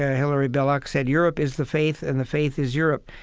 ah hilaire ah belloc, said, europe is the faith, and the faith is europe.